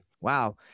wow